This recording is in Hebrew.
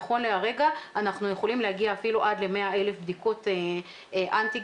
נכון להרגע אנחנו יכולים להגיע אפילו עד ל-100,000 בדיקות אנטיגן